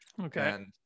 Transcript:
Okay